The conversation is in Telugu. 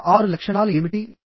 మిగతా 6 లక్షణాలు ఏమిటి